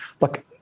look